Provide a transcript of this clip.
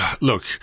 look